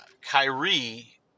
Kyrie